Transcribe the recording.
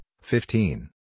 fifteen